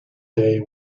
day